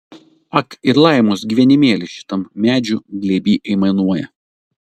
ak ir laimos gyvenimėlis šitam medžių glėby aimanuoja